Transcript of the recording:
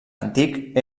antic